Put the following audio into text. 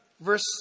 verse